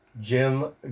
Jim